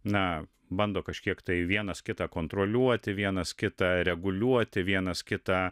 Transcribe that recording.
na bando kažkiek tai vienas kitą kontroliuoti vienas kitą reguliuoti vienas kitą